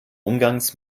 umgangs